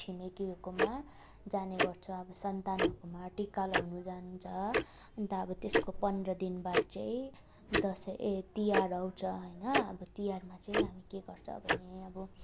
छिमेकीहरूकोमा जाने गर्छ अब सन्तानहरूकोमा टिका लाउनु जान्छ अन्त अब त्यसको पन्ध्र दिनबाद चाहिँ दसैँ ए तिहार आउँछ होइन अब तिहारमा चाहिँ हामी के गर्छ भने अब